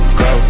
go